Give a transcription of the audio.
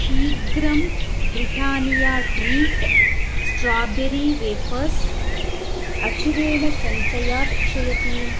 शीघ्रं Britannia treat strawberry wafers अचिरेण सञ्चयात् क्षयति